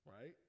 right